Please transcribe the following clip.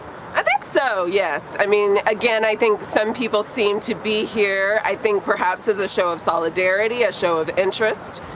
i think so, yes. i mean, again, i think some people seem to be here i think perhaps as a show of solidarity, a show of interest.